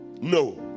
No